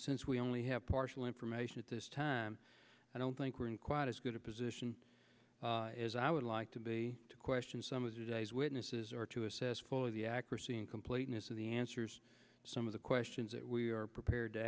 since we only have partial information at this time i don't think we're in quite as good a position as i would like to be to question some of today's witnesses or to assess for the accuracy and completeness of the answers some of the questions that we are prepared to